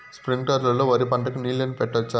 స్ప్రింక్లర్లు లో వరి పంటకు నీళ్ళని పెట్టొచ్చా?